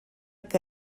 que